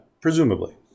Presumably